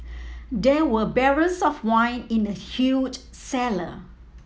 there were barrels of wine in the huge cellar